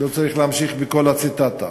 לא צריך להמשיך בכל הציטוט.